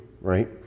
right